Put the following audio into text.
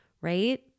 right